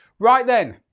right then,